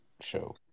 show